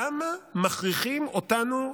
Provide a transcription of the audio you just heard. למה מכריחים אותנו,